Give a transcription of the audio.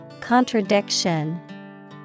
Contradiction